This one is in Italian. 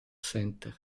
center